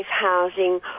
housing